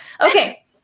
Okay